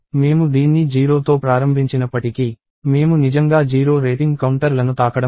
మేము దీన్ని 0తో ప్రారంభించినప్పటికీ మేము నిజంగా 0 రేటింగ్ కౌంటర్లను తాకడం లేదు